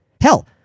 Hell